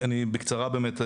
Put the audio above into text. בקצרה באמת,